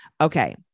okay